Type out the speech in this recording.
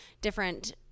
different